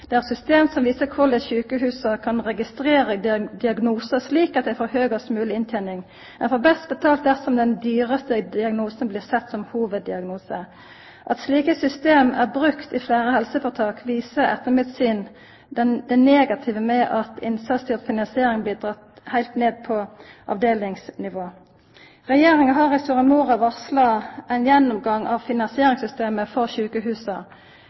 Det er eit system som viser korleis sjukehusa kan registrera diagnosar, slik at dei får høgast mogleg inntening. Ein får best betalt dersom den dyraste diagnosen blir sett som hovuddiagnose. At slike system er brukte i fleire helseføretak, viser etter mitt syn det negative ved at innsatsstyrt finansiering er blitt drege ned på avdelingsnivå. Regjeringa har i Soria Moria-erklæringa varsla ein gjennomgang av finansieringssystemet for